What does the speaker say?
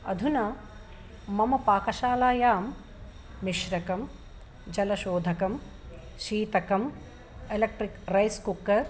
अधुना मम पाकशालायां मिश्रकं जलशोधकं शीतकम् एलेक्ट्रिक् रैस् कुक्कर्